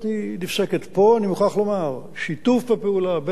פה אני מוכרח לומר ששיתוף הפעולה בין הגורמים השונים,